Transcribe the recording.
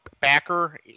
backer